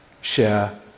share